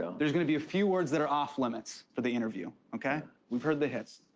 so there's gonna be a few words that are off limits for the interview. okay, we've heard the hits.